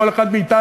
כל אחד מאתנו,